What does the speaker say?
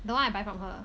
the one I buy from her